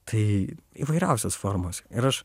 tai įvairiausios formos ir aš